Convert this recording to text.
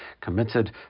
committed